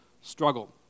struggle